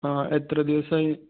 ആ എത്ര ദിവസം